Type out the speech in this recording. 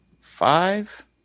Five